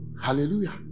Hallelujah